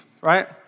right